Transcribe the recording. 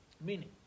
Meaning